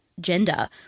gender